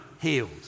healed